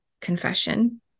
confession